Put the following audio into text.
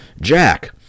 Jack